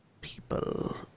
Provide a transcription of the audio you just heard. people